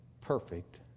perfect